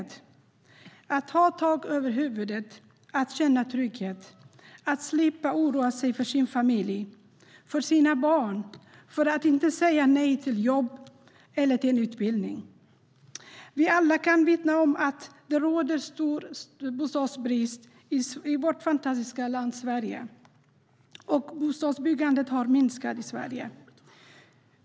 Det handlar om att ha tak över huvudet, att känna trygghet, att slippa oroa sig för sin familj och sina barn och att inte behöva säga nej till ett jobb eller en utbildning. Vi alla kan vittna om att det råder stor bostadsbrist i vårt fantastiska land Sverige. Bostadsbyggandet har minskat i Sverige.